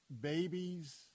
babies